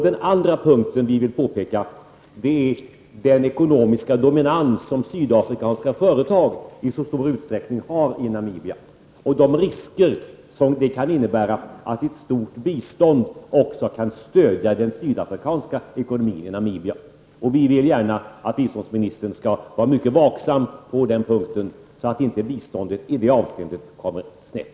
Den andra punkten vi vill peka på är den dominans som sydafrikanska företag i så stor utsträckning har i Namibia och de risker som finns att ett stort bistånd också kan stödja ekonomin för de sydafrikanska företagen i Namibia. Vi vill gärna att biståndsministern skall vara mycket vaksam på den punkten, så att inte biståndet i det avseendet kommer snett.